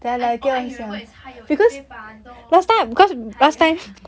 and all I remember is 还有一杯 bandung 还有